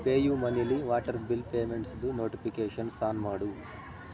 PayU ಮನೀಲ್ಲಿ water bill ಪೇಮೆಂಟ್ಸ್ದು notifications on ಮಾಡು